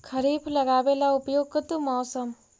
खरिफ लगाबे ला उपयुकत मौसम?